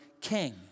king